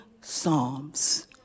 psalms